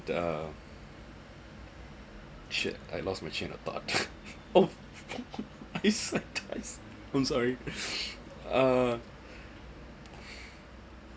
the uh shit I lost my train of thought oh I said I'm sorry uh